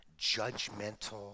judgmental